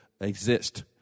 exist